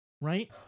right